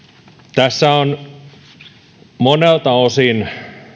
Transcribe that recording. tässä on monelta osin